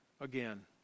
again